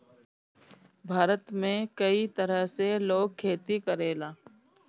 भारत में कई तरह से लोग खेती करेला